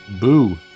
Boo